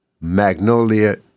Magnolia